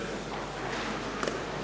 Hvala